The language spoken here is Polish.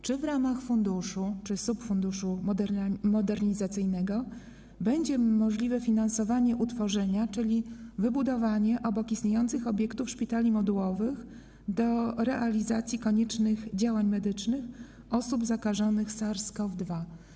Czy w ramach funduszu czy subfunduszu modernizacyjnego będzie możliwe finansowanie utworzenia, czyli wybudowania obok istniejących obiektów, szpitali modułowych do realizacji koniecznych działań medycznych wobec osób zakażonych SARS-CoV-2?